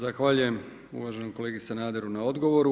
Zahvaljujem uvaženom kolegi Sanaderu na odgovoru.